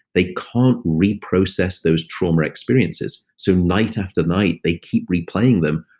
they can't reprocess those trauma experiences. so night after night they keep replaying them,